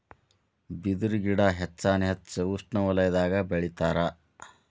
ಬಿದರು ಗಿಡಾ ಹೆಚ್ಚಾನ ಹೆಚ್ಚ ಉಷ್ಣವಲಯದಾಗ ಬೆಳಿತಾರ